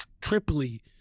triply